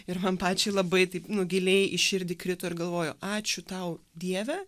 ir man pačiai labai taip nu giliai į širdį krito ir galvoju ačiū tau dieve